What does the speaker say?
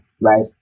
right